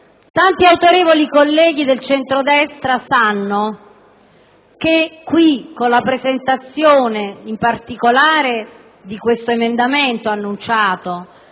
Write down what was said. Tanti autorevoli colleghi del centrodestra sanno che con la presentazione di questo emendamento annunciato